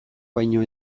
baino